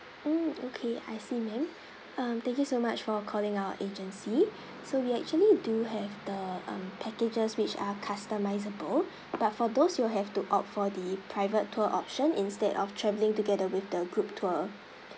mm okay I see ma'am um thank you so much for calling our agency so we actually do have the um packages which are customisable but for those you will have to opt for the private tour option instead of travelling together with the group tour